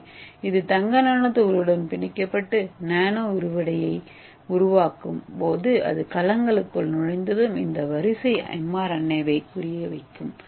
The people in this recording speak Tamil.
எனவே இது தங்க நானோ துகள்களுடன் பிணைக்கப்பட்டு நானோ விரிவடையை உருவாக்கும் போது அது கலங்களுக்குள் நுழைந்ததும் இந்த வரிசை எம்ஆர்என்ஏவை குறிவைக்கும்